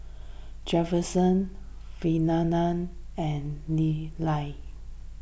Jefferson and Lilia